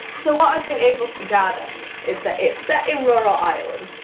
so what i've been able to gather is that it's set in rural ireland,